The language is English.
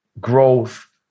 growth